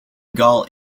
gall